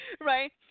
Right